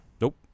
nope